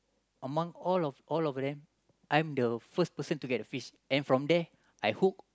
among all of all of them I'm the first person to get the fish and from there I hook